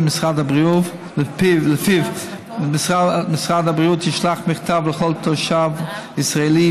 שלפיו משרד הבריאות ישלח מכתב לכל תושב ישראלי